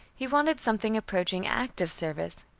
he wanted something approaching active service.